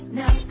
now